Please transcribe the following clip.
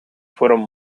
fueron